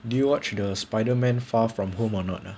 did you watch the spiderman far from home anot ah